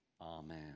Amen